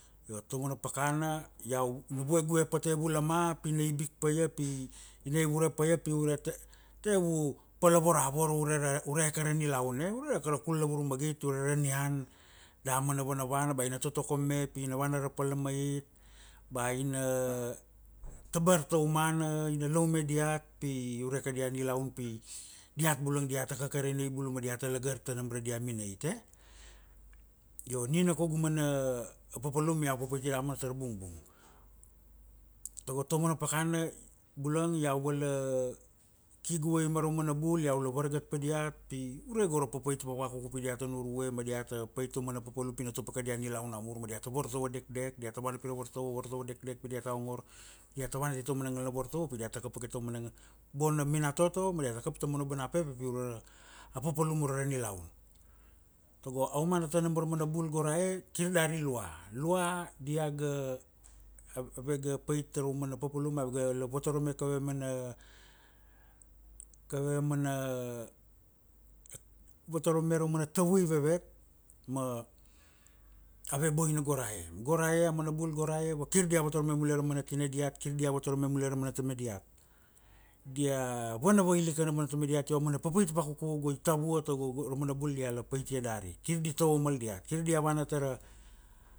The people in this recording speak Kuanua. io tomana pakana, iau na vuegue pa te evu lama pina ibik paia pi ina uvera paia pi ura ta tevu pala voravoro ure ra ure ke na nilaun, ure ke ra kul avurur magit ure ra nian, damana vanavana ba ina totokom me pina vana ra pal na mait, ba ina tabar toumana ina laume diat pi ure ra kada nilaun pi diat bula diata kakari neibulu ma diat ta lagar ta nam ra dia minait, e io nina kaugu mana popolum, iau ga paita hamas tara bungbung, togo tomana pakana, bulang iau ga la ki guwei mara aumana bul, iau la vargat pa diat pi ure gora papait vavakuku pi diat ta nurvue ma diat ta pait tomana popolum pina tuk pa dia nilaun namur ma diat ta vartovo dekdek, diata vana pina vartovo, vartovo dekdek pi diat na ongor, diat ta vana tomana ngala vartovo pi diat ta kapa tomana, boina minat toto ma diat ta kap tomana bona pepe pi ura ra, apopolum ure ra nilaun, togo aumana tanam go ra mana bul gorae kir dari lua, lua dia ga ave ga paita tara aumana popolum ave ga la votorome koveve mana, koveve mana votorome rau mana tauvui vevet, ma ave boina go rae go rae amana bul go rae vakir dia votorome mulai amana tina diat kir diat vortorome mulai romana tama diat, dia vana vailik ka mana tuma diat io mana papait vakuku go i tavuar ta go, go ramana bul dia la paita dari kir di tovo mal diat kir dia vana tara,